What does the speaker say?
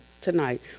tonight